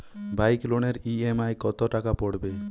Bike লোনের EMI কত টাকা পড়বে?